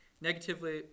Negatively